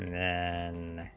and